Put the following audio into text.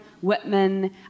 Whitman